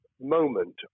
moment